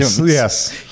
Yes